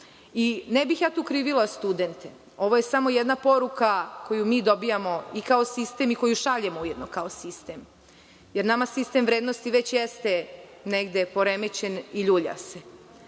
Ne bih tu krivila studente. Ovo je samo jedne poruka koju mi dobijamo kao sistem i koju šaljemo kao sistem. Nama sistem vrednosti već jeste negde poremećen i ljulja se.